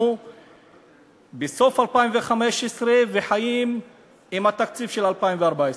בסוף 2015 וחיים עם התקציב של 2014?